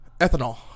Ethanol